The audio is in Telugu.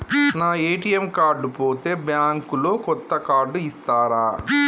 నా ఏ.టి.ఎమ్ కార్డు పోతే బ్యాంక్ లో కొత్త కార్డు ఇస్తరా?